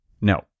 No